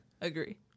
agree